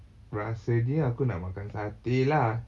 rasanya aku nak makan satay lah